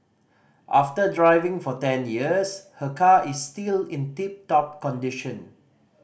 after driving for ten years her car is still in tip top condition